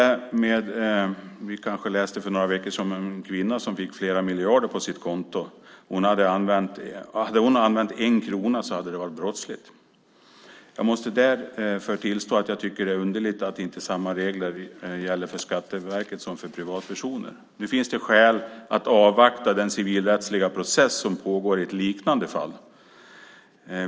Ni kanske läste för några veckor sedan om en kvinna som fick flera miljarder på sitt konto. Om hon hade använt en enda krona av dem hade det varit brottsligt. Jag måste tillstå att jag tycker att det är underligt att inte samma regler gäller för Skatteverket som för privatpersoner. Nu finns det skäl att avvakta den civilrättsliga process som pågår i ett liknande fall.